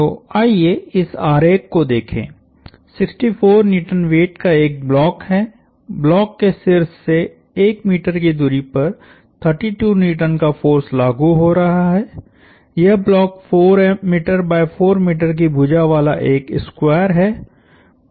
तो आइए इस आरेख को देखें 64N वेट का एक ब्लॉक है ब्लॉक के शीर्ष से 1m की दूरी पर 32N का फोर्स लागु हो रहा है यह ब्लॉक 4m x 4m की भुजा वाला एक स्क्वायर है